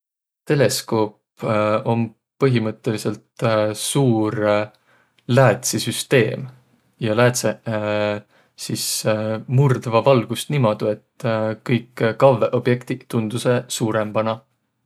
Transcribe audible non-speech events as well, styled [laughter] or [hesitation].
Teleskoop om põhimõttõlisõlt suur [hesitation] läätsi süsteem. Ja läädseq [hesitation] sis [hesitation] murdvaq valgust niimuudu, et [hesitation] kõik kavvõq objektiq tundusõq suurõmbana.